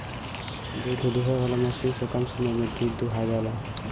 दूध दूहे वाला मशीन से कम समय में दूध दुहा जाला